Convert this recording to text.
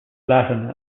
latin